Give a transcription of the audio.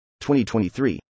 2023